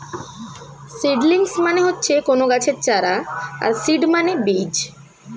seedlings মানে হচ্ছে কোনো গাছের চারা আর সিড মানে বীজ